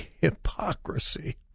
hypocrisy